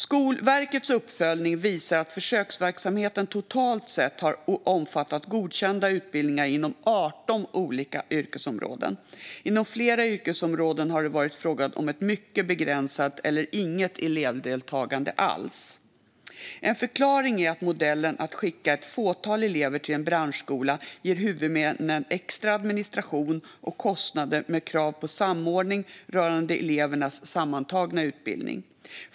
Skolverkets uppföljning visar att försöksverksamheten totalt sett har omfattat godkända utbildningar inom 18 olika yrkesområden. Inom flera yrkesområden har det varit fråga om ett mycket begränsat eller inget elevdeltagande alls. En förklaring är att modellen att skicka ett fåtal elever till en branschskola ger huvudmännen extra administration och kostnader med krav på samordning rörande elevernas sammantagna utbildning.